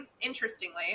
interestingly